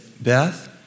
Beth